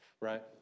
Right